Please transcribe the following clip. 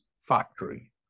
factory